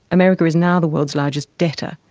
america is now the world's largest debtor.